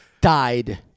died